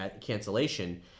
cancellation